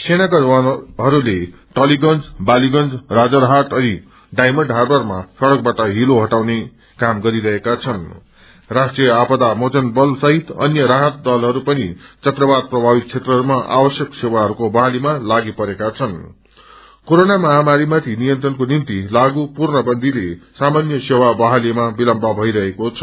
सेनाका जवानहरूले टलीगंज बालीगंज राजारहाट अनि डायमण्ड हार्वरमा सड़कबाट हिलो इआईरहेका छन्नु राष्ट्रिय आपदा मोचन कबल सहित अन्य राहत दलहरू पनि चक्रवात प्रभावित क्षेत्रहरूमा आवश्यक सेवाहरुको बहालीमा लागिपरेका छन्ने कोरोना महामारीमाथि नियन्त्रणको निम्ति लागू पूर्णबन्दीले सामान्य सेवा बहालीमा विलमब थइरहेको छ